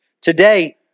Today